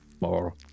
more